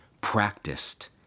practiced